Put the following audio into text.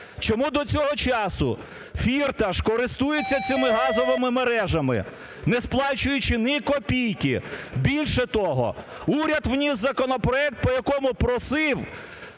Чому до цього часу Фірташ користується цими газовими мережами, не сплачуючи ні копійки? Більше того, уряд вніс законопроект, по якому просив